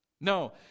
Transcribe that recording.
No